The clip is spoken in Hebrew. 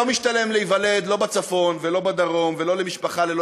לא משתלם להיוולד לא בצפון ולא בדרום ולא למשפחה ללא